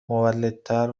مولدتر